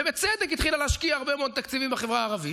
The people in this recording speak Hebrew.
ובצדק התחילה להשקיע הרבה מאוד תקציבים בחברה הערבית,